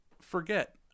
forget